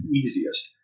easiest